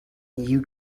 you